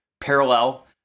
parallel